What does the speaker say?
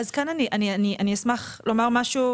קרן: כאן אני אשמח לומר משהו.